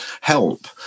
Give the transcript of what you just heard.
help